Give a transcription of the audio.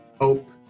hope